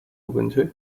ubuntu